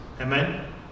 Amen